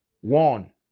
one